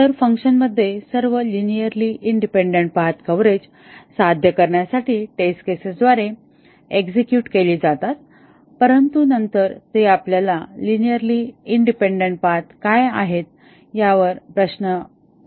तर फंक्शनमध्ये सर्व लिनिअरली इंडिपेंडन्ट पाथ कव्हरेज साध्य करण्यासाठी टेस्ट केसेसद्वारे एक्झेक्युट केले जातात परंतु नंतर ते आपल्याला लिनिअरली इंडिपेंडन्ट पाथ काय आहेत या प्रश्नावर आणतात